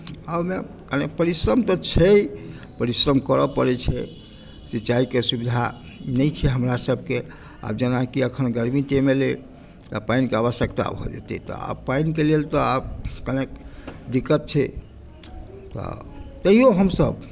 ओहिमे मने परिश्रम तऽ छै परिश्रम करय पड़ैत छै सिंचाइके सुविधा नहि छै हमरासभके आब जेनाकि अखन गर्मी टाइम एलै तऽ पानिक आवश्यकता भऽ जेतै आब पानिक लेल तऽ आब कनेक दिक्क्त छै तऽ तैयो हमसभ